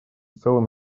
целым